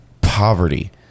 Poverty